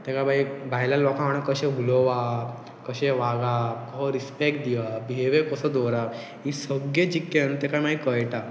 तेका बाय भायल्या लोकां वांगडा कशें उलोवप कशें वागप को रिस्पेक्ट दियप बिहेवियर कसो दवरप ही सगळें जिकन तेका मागीर कळटा